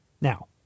Now